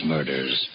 Murders